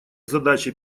задачи